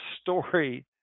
story